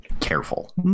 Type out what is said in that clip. Careful